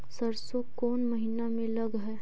सरसों कोन महिना में लग है?